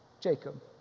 Jacob